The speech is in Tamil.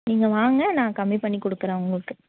நீங்கள் வாங்க நான் கம்மி பண்ணி கொடுக்கறேன் உங்களுக்கு